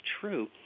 true